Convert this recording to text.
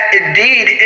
indeed